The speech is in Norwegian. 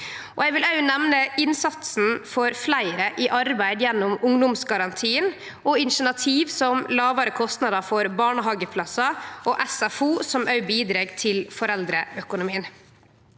Eg vil òg nemne innsatsen for å få fleire i arbeid gjennom ungdomsgarantien og initiativ som lågare kostnader for barnehageplassar og SFO, noko som bidreg til foreldreøkonomien.